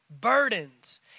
Burdens